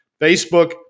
Facebook